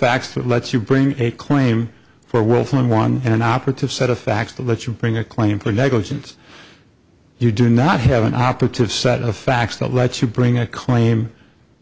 that lets you bring a claim for world someone an operative set of facts to let you bring a claim for negligence you do not have an operative set of facts that let you bring a claim